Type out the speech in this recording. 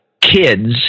kids